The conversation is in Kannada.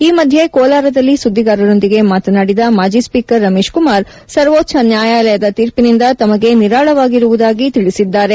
ಈ ಮಧ್ಯೆ ಕೋಲಾರದಲ್ಲಿ ಸುದ್ಗಿಗಾರರೊಂದಿಗೆ ಮಾತನಾಡಿದ ಮಾಜಿ ಸ್ವೀಕರ್ ರಮೇಶ್ ಕುಮಾರ್ ಸರ್ವೋಚ್ಟ ನ್ಯಾಯಾಲಯದ ತೀರ್ಪಿನಿಂದ ತಮಗೆ ನಿರಾಳವಾಗಿರುವುದಾಗಿ ತಿಳಿಸಿದ್ದಾರೆ